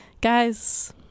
Guys